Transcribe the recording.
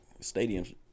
stadiums